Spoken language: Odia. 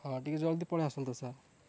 ହଁ ଟିକେ ଜଲଦି ପଳେଇ ଆସନ୍ତୁ ସାର୍